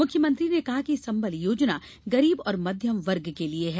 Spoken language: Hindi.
मुख्यमंत्री ने कहा कि संबल योजना गरीब और मध्यम वर्ग के लिए है